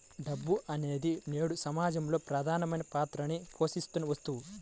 డబ్బు అనేది నేడు సమాజంలో ప్రముఖమైన పాత్రని పోషిత్తున్న వస్తువు